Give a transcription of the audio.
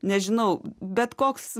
nežinau bet koks